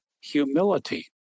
humility